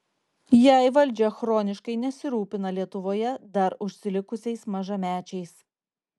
jei valdžia chroniškai nesirūpina lietuvoje dar užsilikusiais mažamečiais